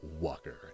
Walker